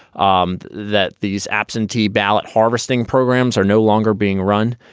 um that these absentee ballot harvesting programs are no longer being run.